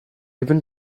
even